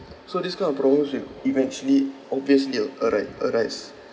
so this kind of problems will eventually obviously ari~ arise